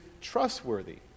trustworthy